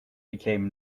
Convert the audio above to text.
became